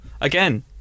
again